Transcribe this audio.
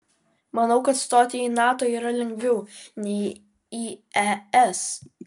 manau kad stoti į nato yra lengviau nei į es